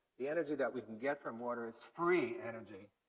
the energy that we can get from water is free energy.